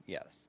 Yes